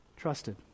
trusted